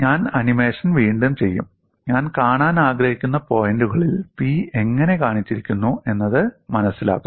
ഞാൻ ആനിമേഷൻ വീണ്ടും ചെയ്യും ഞാൻ കാണാൻ ആഗ്രഹിക്കുന്ന പോയിന്റുകളിൽ പി എങ്ങനെ കാണിച്ചിരിക്കുന്നു എന്നത് മനസിലാക്കാം